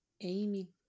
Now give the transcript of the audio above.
Amy